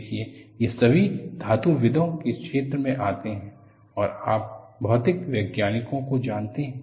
देखेये ये सभी धातुविदों के क्षेत्र में आते है और आप भौतिक वैज्ञानिकों को जानते हैं